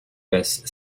best